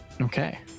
Okay